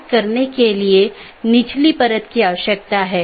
autonomous system संगठन द्वारा नियंत्रित एक इंटरनेटवर्क होता है